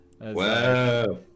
Wow